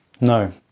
No